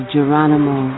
Geronimo